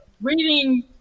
reading